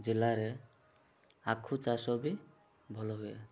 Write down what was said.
ଜିଲ୍ଲାରେ ଆଖୁ ଚାଷ ବି ଭଲ ହୁଏ